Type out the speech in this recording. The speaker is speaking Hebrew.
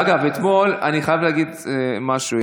אגב, אני חייב להגיד משהו.